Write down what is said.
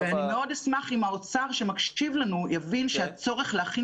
אני מאוד אשמח אם האוצר שמקשיב לנו יבין שהצורך להכין